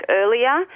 earlier